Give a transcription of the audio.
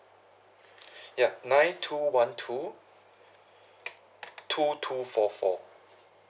ya nine two one two two two four four